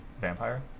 Vampire